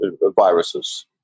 viruses